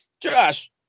Josh